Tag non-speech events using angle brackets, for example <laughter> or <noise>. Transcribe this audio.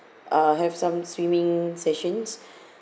uh have some swimming sessions <breath>